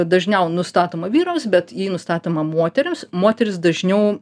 dažniau nustatoma vyrams bet jei nustatoma moterims moterys dažniau